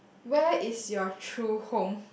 where is your true home